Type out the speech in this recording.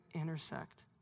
intersect